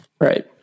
Right